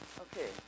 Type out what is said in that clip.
Okay